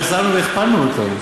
החזרנו והכפלנו אותו.